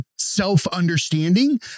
self-understanding